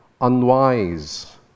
unwise